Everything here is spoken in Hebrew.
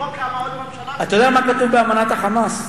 אתה יודע מה כתוב באמנת ה"חמאס"?